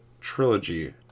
trilogy